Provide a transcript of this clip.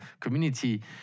community